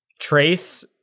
trace